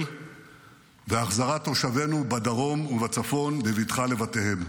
והחזרת תושבינו בדרום ובצפון בבטחה לבתיהם.